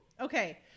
Okay